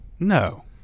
No